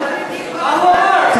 החרדים כל הזמן, מה הוא אמר?